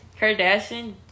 kardashian